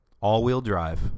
All-wheel-drive